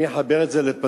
אני אחבר את זה לפסוק: